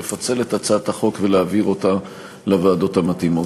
יהיה לפצל את הצעת החוק ולהעביר אותה לוועדות המתאימות.